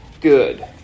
Good